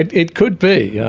it it could be! yeah